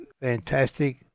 fantastic